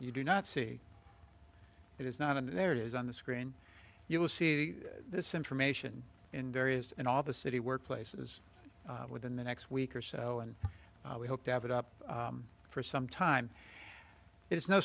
you do not see it is not and there it is on the screen you will see this information in various and all the city work places within the next week or so and we hope to have it up for some time it's no